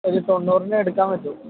ഒരു തൊണ്ണൂറിന് എടുക്കാൻ പറ്റും